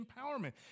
empowerment